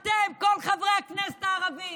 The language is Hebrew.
אתם, כל חברי הכנסת הערבים,